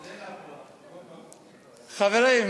חברים,